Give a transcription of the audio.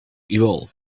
evolve